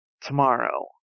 Tomorrow